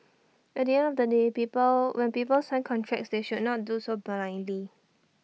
at the end of the day people when people sign contracts they should not do so blindly